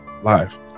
live